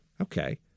Okay